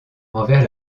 envers